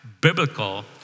biblical